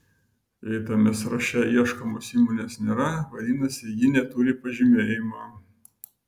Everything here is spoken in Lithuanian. jei tame sąraše ieškomos įmonės nėra vadinasi ji neturi pažymėjimo